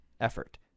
effort